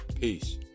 Peace